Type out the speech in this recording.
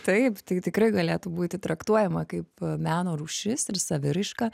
taip tai tikrai galėtų būti traktuojama kaip meno rūšis ir saviraiška